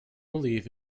believe